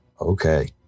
Okay